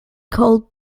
called